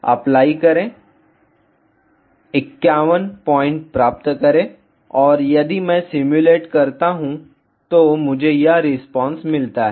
apply करें 51 point प्राप्त करें और यदि मैं सिमुलेट करता हूं तो मुझे यह रिस्पांस मिलता है